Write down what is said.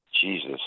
Jesus